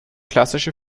klassische